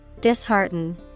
Dishearten